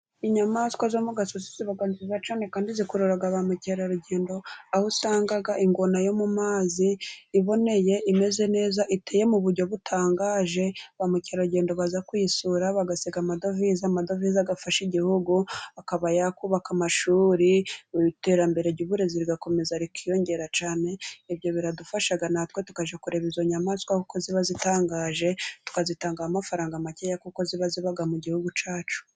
Inyamaswa zo mu gasozi ziba nzinza cyane kandi zikurura ba mukerarugendo, aho usanga ingona yo mu mazi iboneye imeze neza iteye mu buryo butangaje, ba mukerarugendo baza kuyisura bagasiga amadovize, amadovize agafasha igihugu akaba yakubaka amashuri mu iterambere ry'uburezi rigakomeza rikiyongera cyane, ibyo biradufasha natwe tukajya kureba izo nyamaswa kuko ziba zitangaje tukazitangaho amafaranga make kuko ziba ziba mu gihugu cyacu.